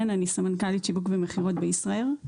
סמנכ"לית שיווק ומכירות בחברת ישראייר.